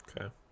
Okay